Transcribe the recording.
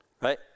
right